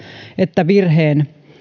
että virheen